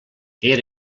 era